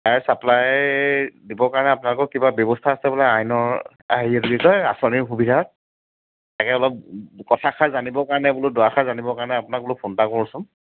water supply দিবৰ কাৰণে আপোনালোকৰ কিবা ব্যৱস্থা আছে বোলে আইনৰ হেৰি এইটো কি বুলি কয় আঁচনিৰ সুবিধা তাকে অলপ কথাষাৰ জানিবৰ কাৰণে বোলো দুআষাৰ জানিবৰ কাৰণে আপোনাক বোলো ফোন এটা কৰোঁচোন